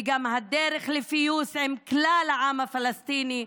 וגם הדרך לפיוס עם כלל העם הפלסטיני,